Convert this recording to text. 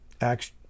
Acts